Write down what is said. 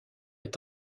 est